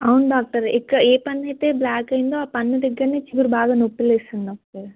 అవును డాక్టర్ ఇక్కడ ఏ పన్ను అయితే బ్లాక్ అయిందో ఆ పన్ను దగ్గర్నే చిగురు బాగా నొప్పులేస్తోంది డాక్టర్